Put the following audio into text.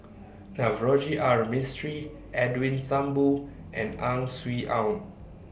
Navroji R Mistri Edwin Thumboo and Ang Swee Aun